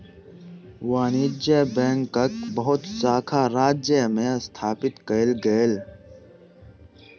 वाणिज्य बैंकक बहुत शाखा राज्य में स्थापित कएल गेल